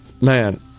man